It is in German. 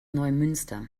neumünster